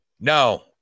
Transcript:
No